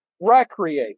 recreate